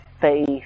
faith